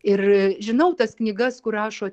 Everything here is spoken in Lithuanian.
ir žinau tas knygas kur rašo